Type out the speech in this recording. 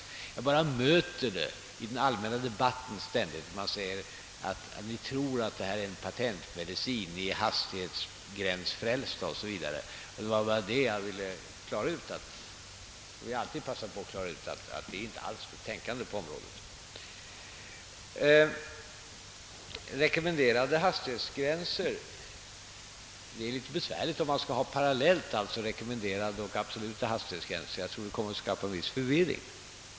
Jag säger bara att jag ständigt möter det talet i den allmänna debatten att vi tror att hastighetsgränserna är en patentmedicin, att vi är hastighetsgränsfrälsta 0. S. Vv. Jag ville bara ha sagt att vi inte alls har en sådan inställning. Vad sedan gäller frågan om rekommenderade hastighetsgränser är det litet besvärligt att ha sådana parallellt med absoluta hastighetsgränser. Det tror jag skulle skapa en viss förvirring.